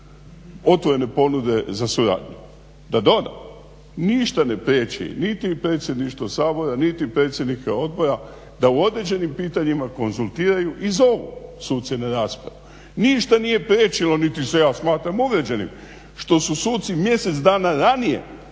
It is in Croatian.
otvorene ponude za suradnju. Da dodam, ništa ne priječi niti predsjedništvo Sabora niti predsjednika odbora da u određenim pitanjima konzultiraju i zovu suce na raspravu. Ništa nije priječilo niti se ja smatram uvrijeđenim što su suci mjesec dana ranije nego mi